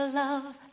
love